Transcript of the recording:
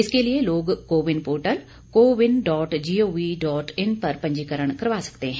इसके लिए लोग CoWIN portal CoWIN dot gov dot in पर पंजीकरण करवा सकते हैं